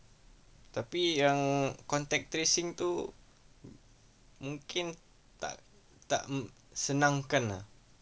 tapi yang contact tracing tu mungkin tak tak senangkan lah